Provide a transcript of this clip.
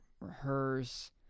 rehearse